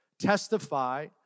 testify